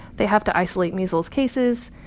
they have to isolate measles cases.